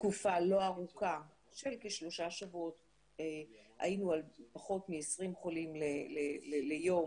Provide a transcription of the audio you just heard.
תקופה לא ארוכה של כשלושה שבועות היינו על פחות מ-20 חולים ליום,